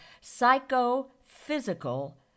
psychophysical